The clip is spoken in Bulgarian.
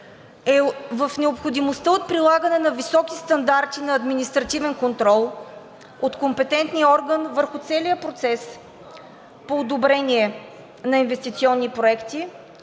е в необходимостта от прилагане на високи стандарти на административен контрол от компетентния орган върху целия процес по одобрение на инвестиционни проекти,